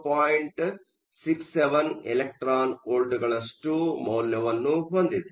67 electron ವೋಲ್ಟ್ಗಳಷ್ಟು ಮೌಲ್ಯವನ್ನು ಹೊಂದಿದೆ